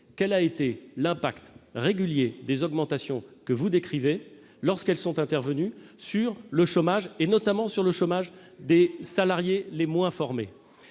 quel a été l'impact régulier des augmentations que vous décrivez, lorsqu'elles sont intervenues, sur le chômage, notamment sur celui des salariés les moins formés.